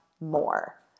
more